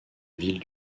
ville